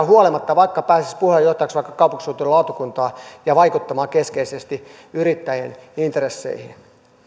huolimatta vaikka pääsisivät puheenjohtajaksi vaikkapa kaupunkisuunnittelulautakuntaan ja vaikuttamaan keskeisesti yrittäjien intresseihin